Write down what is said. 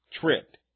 Tripped